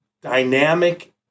dynamic